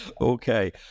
Okay